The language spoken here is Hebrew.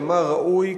כמה ראוי,